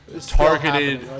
targeted